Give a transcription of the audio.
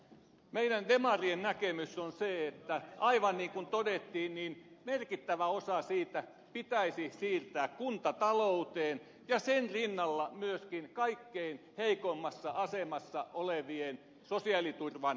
meidän demarien näkemys on se aivan niin kuin todettiin että merkittävä osa siitä summasta pitäisi siirtää kuntatalouteen ja sen rinnalla myöskin kaikkein heikoimmassa asemassa olevien sosiaaliturvan parantamiseen